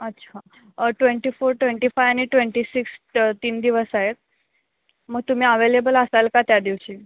अच्छा twenty four twenty five आणि twenty six तीन दिवस आहेत मग तुम्ही अव्हेलेबल असाल का त्या दिवशी